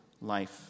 life